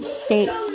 state